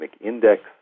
index